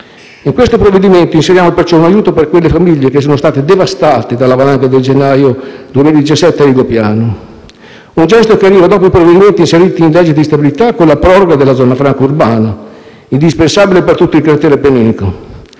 In questo provvedimento inseriamo, perciò, un aiuto per quelle famiglie che sono state devastate dalla valanga del gennaio 2017 a Rigopiano; si tratta di un gesto che arriva dopo i provvedimenti inseriti nella legge di bilancio, con la proroga della zona franca urbana, indispensabile per tutto il cratere appenninico,